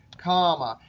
comma.